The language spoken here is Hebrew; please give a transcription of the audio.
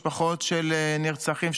משפחות של נרצחים,